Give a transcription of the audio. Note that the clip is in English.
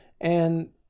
and-